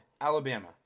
Alabama